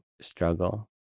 struggle